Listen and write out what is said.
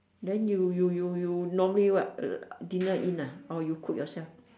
then you you you you normally what dinner in ah or you cook yourself